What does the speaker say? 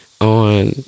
on